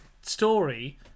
story